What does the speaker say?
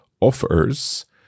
offers